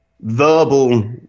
verbal